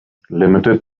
limited